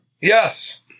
Yes